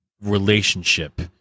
relationship